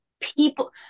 people